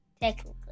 Technically